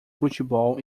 futebol